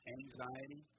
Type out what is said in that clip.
anxiety